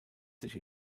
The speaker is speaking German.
sich